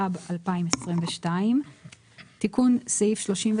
התשפ״ב-2022 סעיף 35